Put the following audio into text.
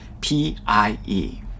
P-I-E